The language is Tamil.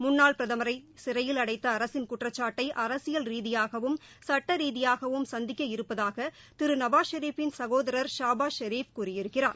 முன்னாள் பிரதமரை சிறையில அடைத்த அரசின குற்றச்சாட்டை அரசியல் ரீதியாகவும் சட்ட ரீதியாகவும் சந்திக்க இருப்பதாக திரு நவாஸ் ஷெரிஃப்பின் சகோதரர் ஷாபாஸ் ஷெரீஃப் கூறியிருக்கிறார்